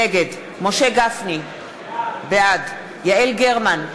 נגד משה גפני, בעד יעל גרמן,